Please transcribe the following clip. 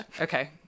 Okay